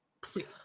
Please